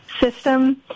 system